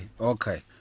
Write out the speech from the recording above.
Okay